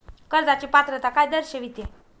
कर्जाची पात्रता काय दर्शविते?